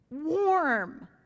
warm